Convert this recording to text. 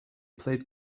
played